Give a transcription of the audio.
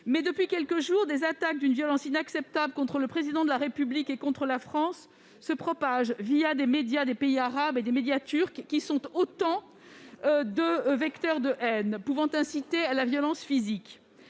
Mais, depuis quelques jours, des attaques d'une violence inacceptable contre le Président de la République et contre la France se propagent des médias des pays arabes et des médias turcs, qui sont autant de vecteurs de haine, pouvant inciter à la violence physique.